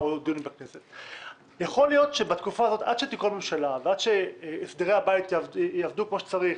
יכול להיות שעד שתיכון ממשלה ועד שהבית יעבוד כמו שצריך,